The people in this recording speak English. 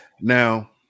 Now